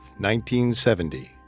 1970